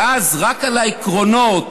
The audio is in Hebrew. ואז, רק על העקרונות